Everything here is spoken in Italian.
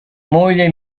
moglie